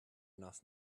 enough